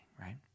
right